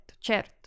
certo